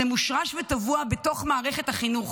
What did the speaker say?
זה מושרש וטבוע בתוך מערכת החינוך,